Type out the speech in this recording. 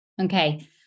Okay